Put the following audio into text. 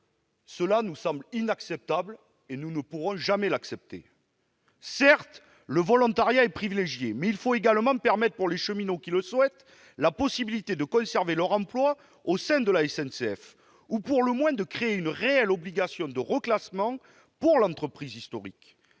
de fin de contrat. Nous ne pourrons jamais accepter cela ! Certes, le volontariat est privilégié, mais il faut également permettre aux cheminots qui le souhaitent de conserver leur emploi au sein de la SNCF ou, pour le moins, créer une réelle obligation de reclassement pour l'entreprise historique.